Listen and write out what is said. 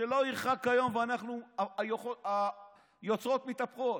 שלא ירחק היום והיוצרות מתהפכות,